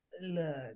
look